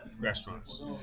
restaurants